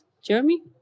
Jeremy